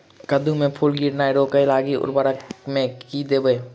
कद्दू मे फूल गिरनाय रोकय लागि उर्वरक मे की देबै?